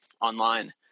online